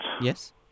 Yes